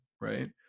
Right